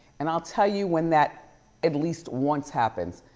and i'll tell you when that at least once happens.